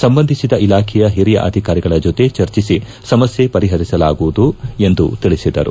ಸಂಬಂಧಿಸಿದ ಇಲಾಖೆಯ ಒರಿಯ ಅಧಿಕಾರಿಗಳ ಜತೆ ಚರ್ಚೆಸಿ ಸಮಸ್ತೆ ಪರಿಪರಿಸಲಾಗುವುದು ಎಂದು ತಿಳಿಸಿದರು